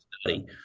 study